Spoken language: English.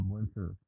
Winter